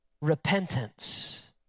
repentance